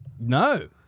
No